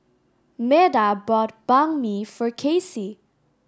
Meda bought Banh Mi for Kaycee